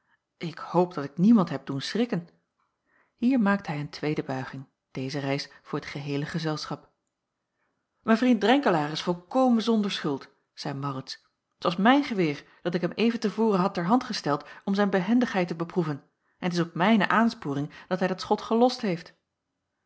ik hoop dat ik niemand heb doen schrikken hier maakte hij een tweede buiging deze reis voor t geheele gezelschap mijn vriend drenkelaer is volkomen zonder schuld zeî maurits t was mijn geweer dat ik hem even te voren had ter hand gesteld om zijn behendigheid te beproeven en t is op mijne aansporing dat hij dat schot gelost heeft